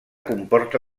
comporta